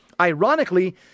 Ironically